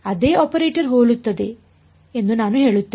ಅದೇ ಆಪರೇಟರ್ ಹೋಲುತ್ತದೆ ಎಂದು ನಾನು ಹೇಳುತ್ತೇನೆ